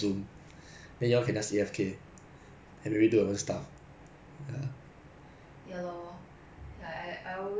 ya I I always okay lah sometimes I very bored during lesson then I just put two tabs as in like split my screen lor half